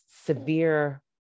severe